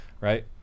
Right